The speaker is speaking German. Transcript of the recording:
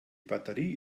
batterie